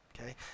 okay